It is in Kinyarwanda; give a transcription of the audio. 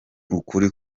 ukuri